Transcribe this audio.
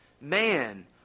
man